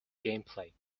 gameplay